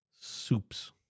soups